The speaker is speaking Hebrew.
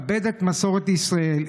כבד את מסורת ישראל,